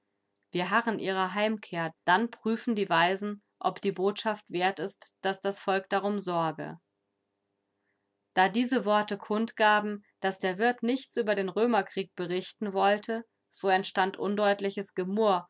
wir harren ihrer heimkehr dann prüfen die weisen ob die botschaft wert ist daß das volk darum sorge da diese worte kundgaben daß der wirt nichts über den römerkrieg berichten wollte so entstand undeutliches gemurr